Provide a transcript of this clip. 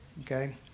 Okay